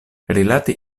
rilate